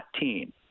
team